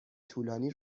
طولانی